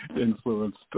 influenced